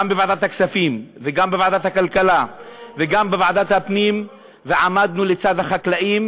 בוועדת הכספים וגם בוועדת הכלכלה וגם בוועדת הפנים ועמדנו לצד החקלאים,